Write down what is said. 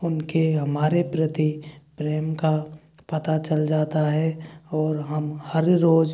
उनके हमारे प्रति प्रेम का पता चल जाता है और हम हर रोज़